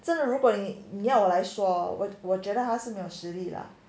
真的如果你你要来说我我觉得她是没有实力 lah